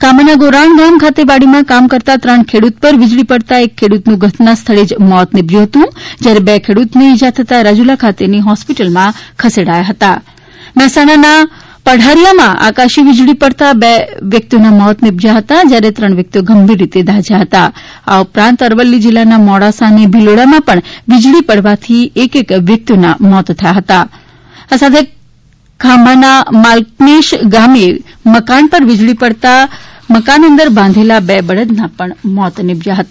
ખાંભાના ગોરાણ ગામ ખાતે વાડીમાં કામ કરતા ત્રણ ખેડૂત પર વીજળી પડતા એક ખેડૂતનું ઘટના સ્થળે જ મોત નીપશ્યું હતું જ્યારે બે ખેડૂતોને ઈજા થતા રાજૂલા ખાતેની હોસ્પિટલમાં ખસેડાવ્યા હતા મહેસાણાના પઢારીયામાં આકાશી વીજળી પડતા બે મોત થયા હતા જ્યારે ત્રણ વ્યકિતઓ ગંભીર રીતે દાજ્યા હતા આ ઉપરાંત અરવલ્લી જિલ્લાના મોડાસા અને ભીલોડામાં પણ વીજળી પડવાથી એક એક વ્યકિતના મોત થયા હતા આ ઉપરાંત ખાંભાના માલકનેશ ગામે મકાન પર વીજળી પડતા બે બળદના મોત નીપજ્યા હતા